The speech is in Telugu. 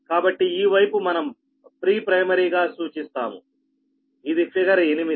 కాబట్టి ఈ వైపు మనం ప్రీ ప్రైమరీగా సూచిస్తాము ఇది ఫిగర్ 8